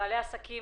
אלה העסקים